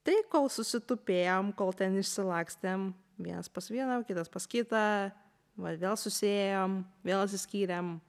tai kol susitupėjom kol ten išsilakstėm vienas pas vieną kitas pas kitą va vėl susiėjom vėl atsiskyrėm